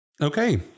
Okay